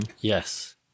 Yes